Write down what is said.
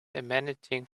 emanating